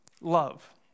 love